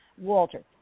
Walter